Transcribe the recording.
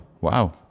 Wow